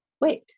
wait